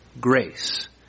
grace